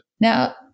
Now